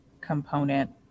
component